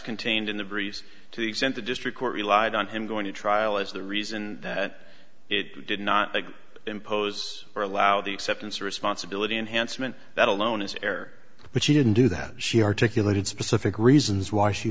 contained in the breeze to exempt a district court relied on him going to trial is the reason that it did not impose or allow the acceptance of responsibility enhancement that alone as air but she didn't do that she articulated specific reasons why she